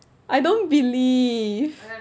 I don't believe